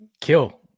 Kill